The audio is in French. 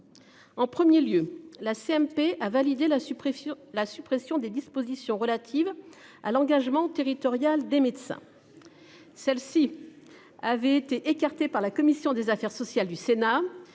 En 1er lieu la CMP a validé la suppression, la suppression des dispositions relatives à l'engagement territorial des médecins. Celle-ci. Avait été écartée par la commission des affaires sociales du Sénat,